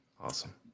Awesome